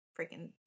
freaking